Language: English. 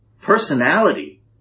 personality